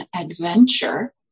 adventure